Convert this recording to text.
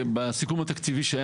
בסיכום התקציבי שהיה,